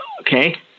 Okay